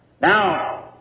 Now